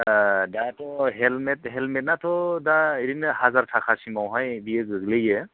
ओ दाथ' helmet helmet आथ' दा ओरैनो हाजार थाखासिमावहाय बियो गोग्लैयो